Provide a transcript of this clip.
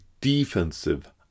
defensive